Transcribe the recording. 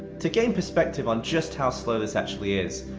to gain perspective on just how slow this actually is,